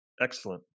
Excellent